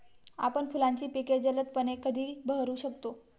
आपण फुलांची पिके जलदपणे कधी बहरू शकतो?